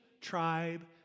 tribe